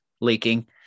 leaking